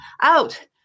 out